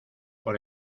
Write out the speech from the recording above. por